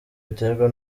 biterwa